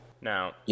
Now